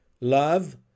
Love